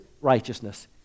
righteousness